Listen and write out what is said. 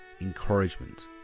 encouragement